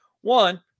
One